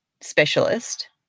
specialist